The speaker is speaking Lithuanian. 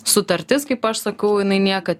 sutartis kaip aš sakau jinai niekad